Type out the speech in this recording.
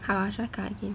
ah should I cut again